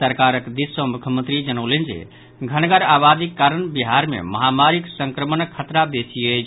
सरकार दिस सँ मुख्यमंत्री जनौलनि जे घनगर आबादीक कारण बिहार मे महामारीक संक्रमणक खतरा बेसी अछि